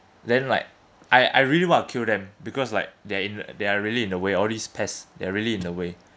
then like I I really want to kill them because like they're in the they are really in the way all these pests they're really in the way